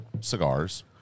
cigars